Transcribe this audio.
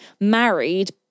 married